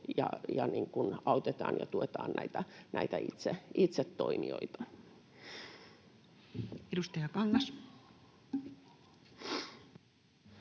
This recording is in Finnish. autetaan ja tuetaan näitä itse toimijoita. Edustaja Kangas. Kiitos,